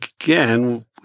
again